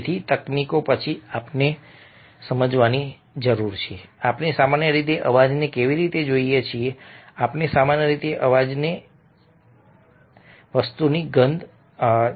તેથી તકનીકી પછી આપણે સમજવાની જરૂર છે કે આપણે સામાન્ય રીતે અવાજને કેવી રીતે જોઈએ છીએ આપણે સામાન્ય રીતે અવાજને કેવી રીતે શોધીએ છીએ